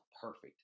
perfect